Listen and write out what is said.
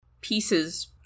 pieces